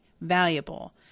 valuable